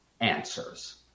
answers